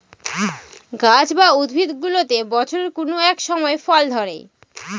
গাছ বা উদ্ভিদগুলোতে বছরের কোনো এক সময় ফল ধরে